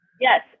yes